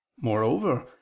moreover